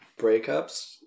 breakups